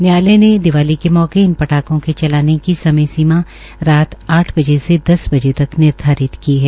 न्यायालय ने दिवाली के मौके इन पटाखों की चलाने की समय सीमा रात आठ बजे से दस बजे तक निर्धारित की है